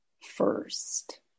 first